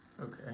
Okay